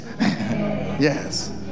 yes